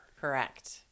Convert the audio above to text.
Correct